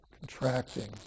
contracting